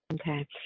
okay